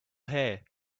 here